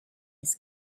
his